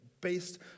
based